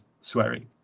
swearing